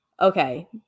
okay